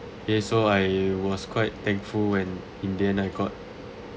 ya so I was quite thankful when in the end I got